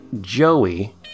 Joey